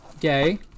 Gay